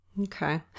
Okay